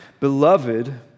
Beloved